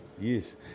Yes